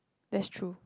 that's true